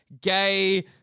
gay